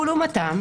ולעומתם,